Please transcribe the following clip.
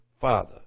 father